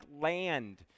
land